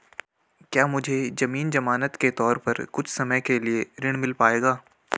क्या मुझे ज़मीन ज़मानत के तौर पर कुछ समय के लिए ऋण मिल पाएगा?